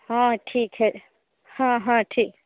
हाँ ठीक है हाँ हाँ ठीक